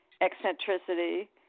eccentricity